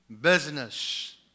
Business